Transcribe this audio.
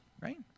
right